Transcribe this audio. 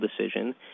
decision